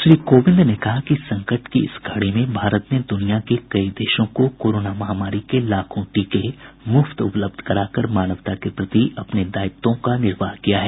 श्री कोविंद ने कहा कि संकट की इस घड़ी में भारत ने दुनिया के कई देशों को कोरोना महामारी के लाखों टीके मुफ्त उपलब्ध कराकर मानवता के प्रति अपने दायित्वों का निर्वाह किया है